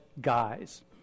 guys